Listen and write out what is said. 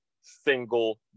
single